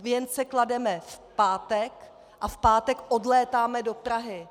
Věnce klademe v pátek a v pátek odlétáme do Prahy.